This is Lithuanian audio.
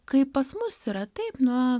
kaip pas mus yra taip nu